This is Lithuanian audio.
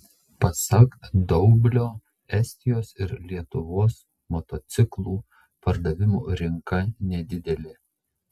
pasak daublio estijos ir lietuvos motociklų pardavimų rinka nedidelė